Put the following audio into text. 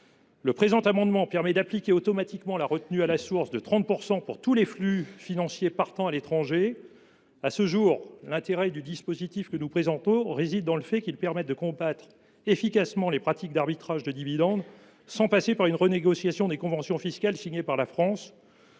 adoption permettrait d’appliquer automatiquement la retenue à la source de 30 % pour tous les flux financiers partant à l’étranger. À ce jour, l’intérêt du dispositif que nous présentons est de combattre efficacement les pratiques d’arbitrage de dividendes sans passer par une renégociation des conventions fiscales signées par la France.